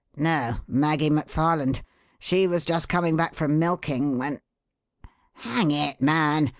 no. maggie mcfarland. she was just coming back from milking when hang it, man!